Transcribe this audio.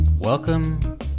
Welcome